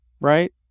right